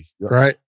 right